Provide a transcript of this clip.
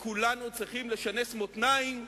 שכולנו צריכים לשנס מותניים,